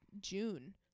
June